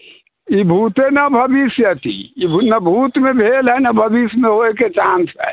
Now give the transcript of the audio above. ई भूते ना भविष्यति ई नहि भूतमे भेल हइ नहि भविष्यमे होइके चान्स हइ